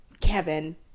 Kevin